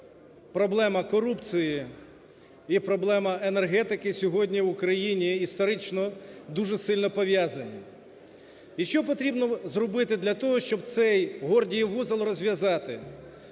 проблема корупції і проблема енергетики сьогодні в Україні історично дуже сильно пов'язані. І що потрібно зробити для того, щоб цей Гордіїв вузол розв'язати,